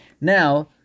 Now